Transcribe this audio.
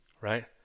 right